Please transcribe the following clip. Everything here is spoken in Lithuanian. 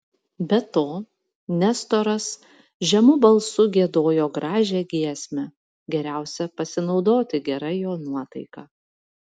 be to nestoras žemu balsu giedojo gražią giesmę geriausia pasinaudoti gera jo nuotaika